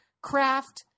craft